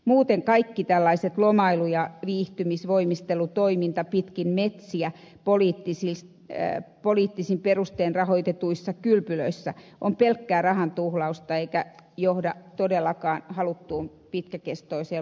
muuten kaikki lomailu viihtymis ja voimistelutoiminta pitkin metsiä poliittisin perustein rahoitetuissa kylpylöissä on pelkkää rahan tuhlausta eikä johda todellakaan haluttuun pitkäkestoiseen lopputulokseen